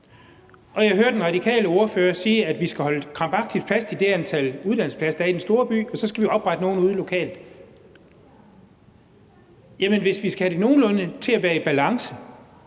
og jeg hører den radikale ordfører sige, at vi skal holde krampagtigt fast i det antal uddannelsespladser, der er i de store byer, og så skal vi oprette nogle ude lokalt. Jamen hvis vi skal have det nogenlunde til at være i balance,